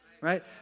right